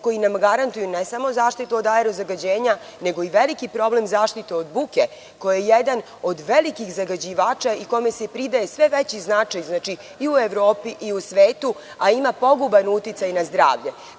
koji naj garantuju ne samo zaštitu od aero zagađenja, nego i veliki problem zaštite od buke koja je jedan od velikih zagađivača i kome se pridaje sve veći značaj i u Evropi i u svetu, a ima poguban uticaj na zdravlje. Prema